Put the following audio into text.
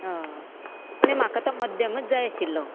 आं पूण म्हाका तो मध्यमूत जाय आशिल्लो